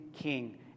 king